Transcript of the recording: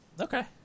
Okay